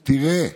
תראה,